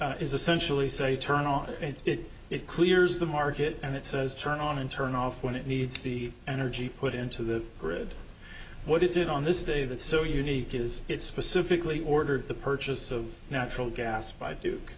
day is essentially say turn on it's good it clears the market and it says turn on and turn off when it needs the energy put into the grid what it did on this day that's so unique is it specifically ordered the purchase of natural gas by duke